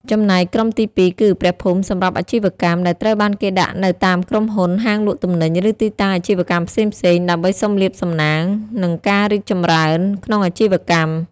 ចំណែកក្រុមទីពីរគឺ ព្រះភូមិសម្រាប់អាជីវកម្ម ដែលត្រូវបានគេដាក់នៅតាមក្រុមហ៊ុន ហាងលក់ទំនិញ ឬទីតាំងអាជីវកម្មផ្សេងៗ ដើម្បីសុំលាភសំណាង និងការរីកចម្រើនក្នុងអាជីវកម្ម។